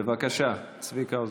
בבקשה, צביקה האוזר.